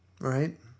right